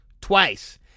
twice